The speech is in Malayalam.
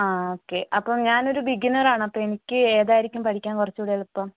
ആ ഓക്കെ അപ്പോള് ഞാനൊരു ബിഗിനറാണ് ആണ് അപ്പോള് എനിക്ക് ഏതായിരിക്കും പഠിക്കാൻ കുറച്ചുകൂടെ എളുപ്പം